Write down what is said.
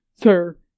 Sir